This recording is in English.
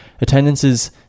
Attendances